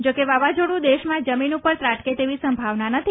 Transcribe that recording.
જોકે વાવાઝોડું દેશમાં જમીન ઉપર ત્રાટકે તેવી સંભાવના નથી